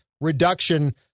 reduction